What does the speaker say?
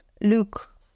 Luke